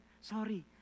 sorry